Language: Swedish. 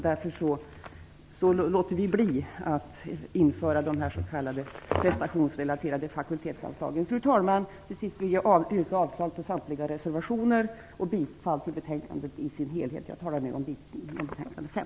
Därför låter vi bli att införa de s.k. prestationsrelaterade fakultetsanslagen. Fru talman! Slutligen vill jag yrka avslag på samtliga reservationer och bifall till hemställan i betänkande UbU15 i dess helhet.